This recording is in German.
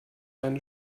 eine